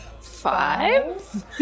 five